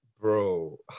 Bro